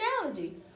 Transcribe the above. analogy